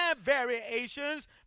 variations